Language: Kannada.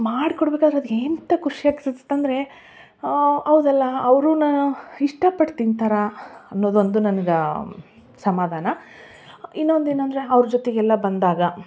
ಮಾಡಿ ಕೊಡಬೇಕಾದ್ರೆ ಅದೆಂಥ ಖುಷಿ ಆಗ್ತಿತ್ತು ಅಂದರೆ ಹೌದಲ್ಲ ಅವ್ರೂ ಇಷ್ಟಪಟ್ಟು ತಿಂತಾರೆ ಅನ್ನೋದೊಂದು ನನ್ಗೆ ಸಮಾಧಾನ ಇನ್ನೊಂದು ಏನೆಂದರೆ ಅವರು ಜೊತೆಗೆಲ್ಲ ಬಂದಾಗ